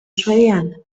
suedian